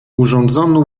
urządzono